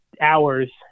hours